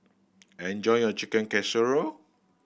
enjoy your Chicken Casserole